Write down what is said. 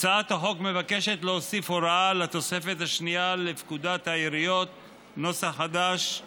הצעת החוק מבקשת להוסיף הוראה לתוספת השנייה לפקודת העיריות כך